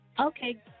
Okay